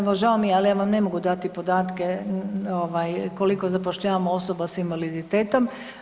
Evo žao mi je, ali ja vam ne mogu dati podatke koliko zapošljavamo osoba sa invaliditetom.